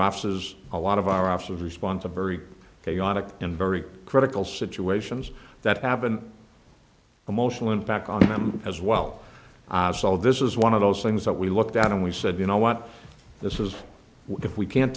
offices a lot of our offices response of very chaotic and very critical situations that happen emotional impact on them as well so this is one of those things that we looked at and we said you know what this is if we can't